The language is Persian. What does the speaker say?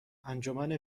انجمن